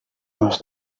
noves